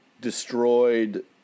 destroyed